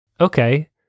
okay